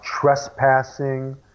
trespassing